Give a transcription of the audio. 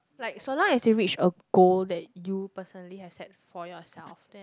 like so long as you reached a goal that you personally had set for yourself then